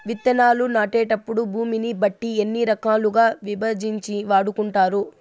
విత్తనాలు నాటేటప్పుడు భూమిని బట్టి ఎన్ని రకాలుగా విభజించి వాడుకుంటారు?